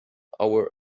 our